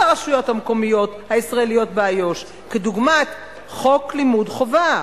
הרשויות המקומיות הישראליות באיו"ש כדוגמת חוק לימוד חובה,